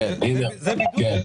זה חוק חשוב, ומי כמוני יודע.